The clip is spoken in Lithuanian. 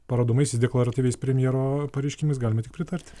parodomaisiais deklaratyviais premjero pareiškimais galima tik pritarti